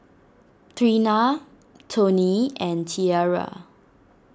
Treena Toney and Tierra